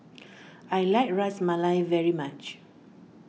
I like Ras Malai very much